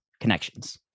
Connections